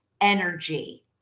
energy